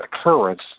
occurrence